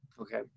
Okay